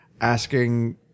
asking